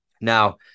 Now